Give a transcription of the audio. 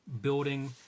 building